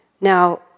Now